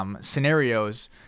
scenarios